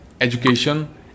education